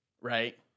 Right